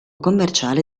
commerciale